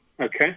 Okay